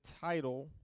title